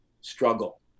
struggle